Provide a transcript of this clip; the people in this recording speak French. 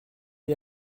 est